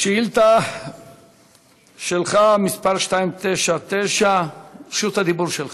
שאילתה שלך, מס' 299. רשות הדיבור שלך.